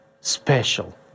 special